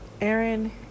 aaron